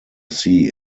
see